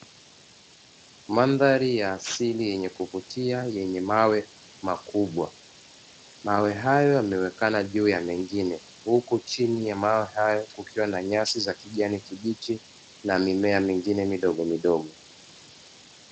Mandhari ya asili yenye kuvutia yenye mawe makubwa, mawe hayo yamewekana juu ya mengine huku chini ya mawe hayo kukiwa na nyasi za kijani kibichi na mimea mingine midogomidogo.